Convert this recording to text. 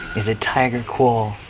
is a tiger qual